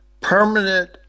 permanent